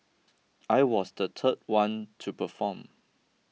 I was the third one to perform